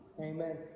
Amen